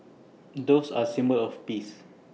doves are A symbol of peace